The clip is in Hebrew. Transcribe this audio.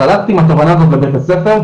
אז הלכתי עם התובנה הזאת לבית הספר,